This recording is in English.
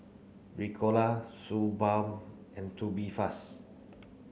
Ricola Suu Balm and Tubifast